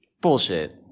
Bullshit